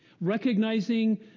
recognizing